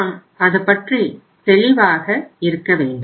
நாம் அது பற்றி தெளிவாக இருக்க வேண்டும்